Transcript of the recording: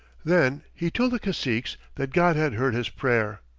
then he told the caciques that god had heard his prayer,